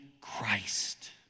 Christ